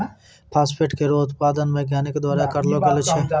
phosphate केरो उत्पादन वैज्ञानिक द्वारा करलो गेलो छै